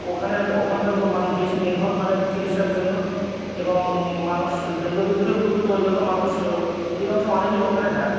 ওখানের ওখানকার উপর মানুষ বেশি নির্ভর করেন চিকিৎসার জন্য এবং মানুষ দীর্ঘদিন ধরে উপকৃত ওই জন্য মানুষ অধিকাংশ মানুষই ওখানে যান